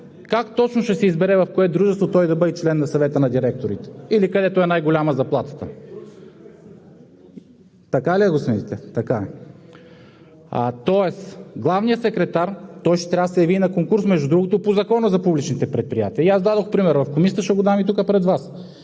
Как точно ще си избере в кое дружество той да бъде член на Съвета на директорите? Или където е най-голяма заплатата! (Реплика от народен представител.) Така ли е? Така е. Тоест главният секретар ще трябва да се яви на конкурс. Между другото, по Закона за публичните предприятия – дадох пример в Комисията, ще го дам и пред Вас